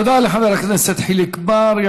תודה לחבר הכנסת חיליק בר.